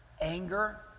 anger